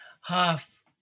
half